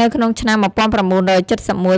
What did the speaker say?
នៅក្នុងឆ្នាំ១៩៧១